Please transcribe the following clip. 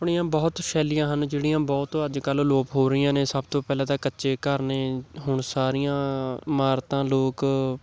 ਆਪਣੀਆਂ ਬਹੁਤ ਸ਼ੈਲੀਆਂ ਹਨ ਜਿਹੜੀਆਂ ਬਹੁਤ ਅੱਜ ਕੱਲ੍ਹ ਅਲੋਪ ਹੋ ਰਹੀਆਂ ਨੇ ਸਭ ਤੋਂ ਪਹਿਲਾਂ ਤਾਂ ਕੱਚੇ ਘਰ ਨੇ ਹੁਣ ਸਾਰੀਆਂ ਇਮਾਰਤਾਂ ਲੋਕ